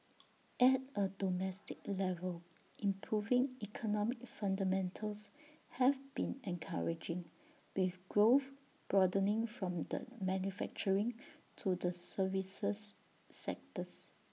at A domestic level improving economic fundamentals have been encouraging with growth broadening from the manufacturing to the services sectors